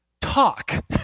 talk